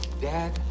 Dad